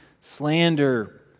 slander